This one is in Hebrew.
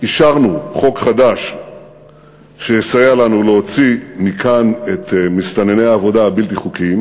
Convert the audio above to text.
אישרנו חוק חדש שיסייע לנו להוציא מכאן את מסתנני העבודה הבלתי-חוקיים.